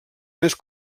més